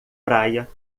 praia